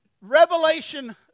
Revelation